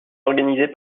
organisé